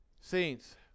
Saints